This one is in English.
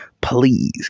Please